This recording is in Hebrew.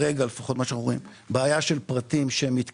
לפחות ממה שאנחנו רואים, בעיה של פרטים שמתקשים.